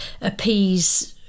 appease